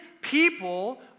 people